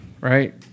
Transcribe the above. right